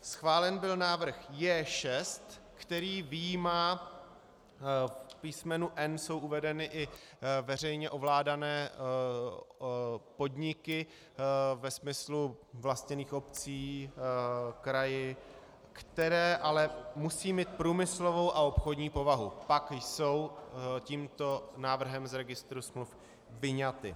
Schválen byl návrh J6, který vyjímá v písmenu m) jsou uvedeny i veřejně ovládané podniky ve smyslu vlastněných obcí, kraji, které ale musí mít průmyslovou a obchodní povahu, pak jsou tímto návrhem z registru smluv vyňaty.